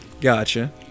Gotcha